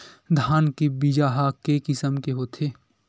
धान के बीजा ह के किसम के होथे?